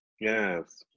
Yes